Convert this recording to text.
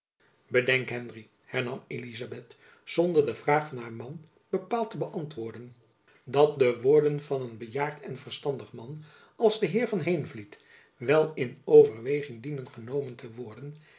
bedenk henry hernam elizabeth zonder de vraag van haar man bepaald te beäntwoorden dat de woorden van een bejaard en verstandig man als de heer van heenvliet wel in overweging dienen genomen te worden